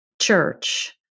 church